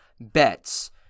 bets